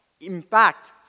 impact